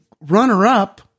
runner-up